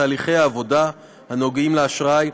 בתהליכי העבודה הנוגעים באשראי,